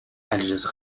علیرضا